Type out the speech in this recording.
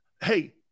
Hey